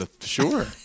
Sure